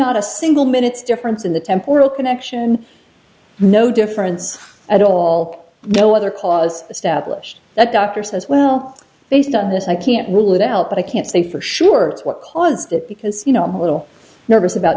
ot a single minutes difference in the temporal connection no difference at all no other cause established that doctor says well based on this i can't rule it out but i can't say for sure what caused it because you know i'm a little nervous about